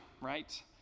right